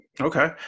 okay